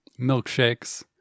milkshakes